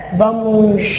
vamos